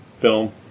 film